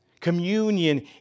communion